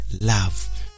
love